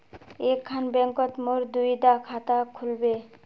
एक खान बैंकोत मोर दुई डा खाता खुल बे?